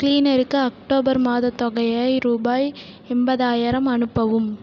கிளீனருக்கு October மாதத்தொகையாய் ரூபாய் எண்பதாயரம் அனுப்பவும்